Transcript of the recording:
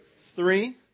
Three